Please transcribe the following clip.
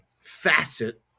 facet